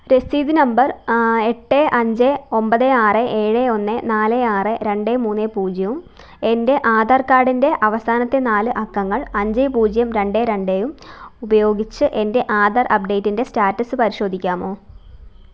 രസീത് നമ്പർ എട്ട് അഞ്ച് ഒമ്പത് ആറ് ഏഴ് ഒന്ന് നാല് ആറ് രണ്ട് മൂന്ന് പൂജ്യം എൻ്റെ ആധാർ കാർഡിൻ്റെ അവസാനത്തെ നാല് അക്കങ്ങൾ അഞ്ച് പൂജ്യം രണ്ട് രണ്ടും ഉപയോഗിച്ച് എൻ്റെ ആധാർ അപ്ഡേറ്റിൻ്റെ സ്റ്റാറ്റസ് പരിശോധിക്കാമോ